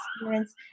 experience